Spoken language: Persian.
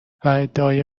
ادعای